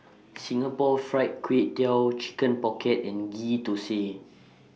Singapore Fried Kway Tiao Chicken Pocket and Ghee Thosai